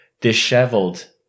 disheveled